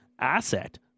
asset